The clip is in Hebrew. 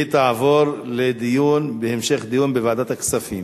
והיא תעבור להמשך דיון בוועדת הכספים.